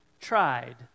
tried